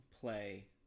play